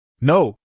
No